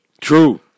true